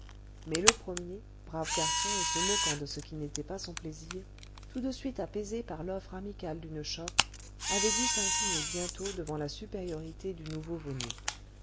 mais le premier brave garçon et se moquant de ce qui n'était pas son plaisir tout de suite apaisé par l'offre amicale d'une chope avait dû s'incliner bientôt devant la supériorité du nouveau venu